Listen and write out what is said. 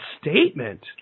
statement